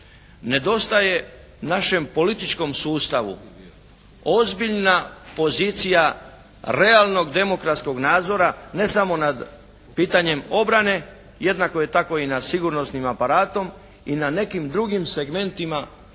Nedostaje našem političkom sustavu ozbiljna pozicija realnog demokratskog nadzora ne samo nad pitanjem obrane, jednako je tako i nad sigurnosnim aparatom i na nekim drugim segmentima javne